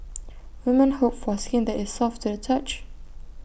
woman hope for skin that is soft to the touch